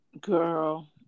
Girl